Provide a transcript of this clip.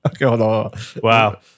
Wow